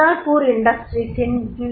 பல்லார்பூர் இண்டஸ்ட்ரீஸின் வி